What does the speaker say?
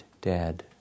dead